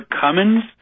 Cummins